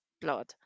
blood